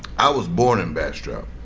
i was born in bastrop.